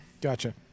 Gotcha